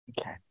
Okay